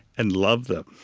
and love them.